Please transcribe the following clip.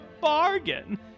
bargain